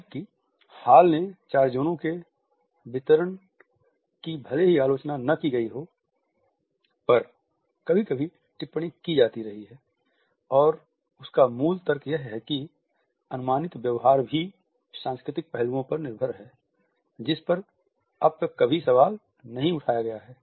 जबकि हॉल के चार ज़ोनों के वितरण की भले ही आलोचना न की गई हो पर कभी कभी टिप्पणी की जाती रही है और उसका मूल तर्क यह है कि अनुमानित व्यवहार भी सांस्कृतिक पहलुओं पर निर्भर है जिस पर अब तक कभी सवाल नहीं उठाया गया है